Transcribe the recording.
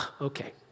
okay